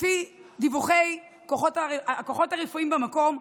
לפי דיווחי הכוחות הרפואיים במקום,